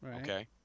Okay